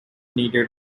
needed